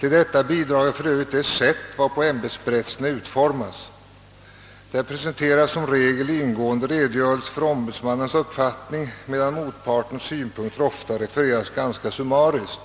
Till detta bidrar för ÖövV rigt det sätt varpå ämbetsberättelserna utformas. Där presenteras som regel en ingående redogörelse för ombudsmannens uppfattning, medan motpartens synpunkter ofta refereras ganska summariskt.